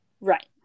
Right